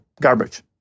garbage